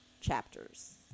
chapters